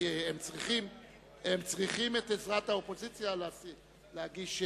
הם צריכים את עזרת האופוזיציה להגיש,